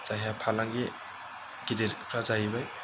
जायहा फालांगि गिदिरफ्रा जाहैबाय